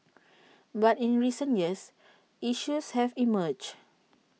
but in recent years issues have emerged